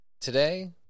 Today